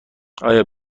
آیا